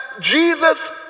Jesus